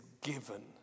given